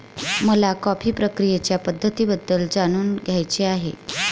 मला कॉफी प्रक्रियेच्या पद्धतींबद्दल जाणून घ्यायचे आहे